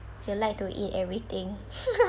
you like to eat everything